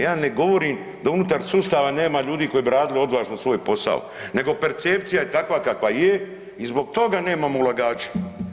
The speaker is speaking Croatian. Ja ne govorim da unutar sustava nema ljudi koji bi radili odvažno svoj posao, nego percepcija je takva kakva je i zbog toga nemamo ulagača.